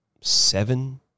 Seven